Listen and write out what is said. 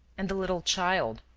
and the little child,